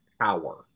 power